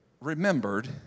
remembered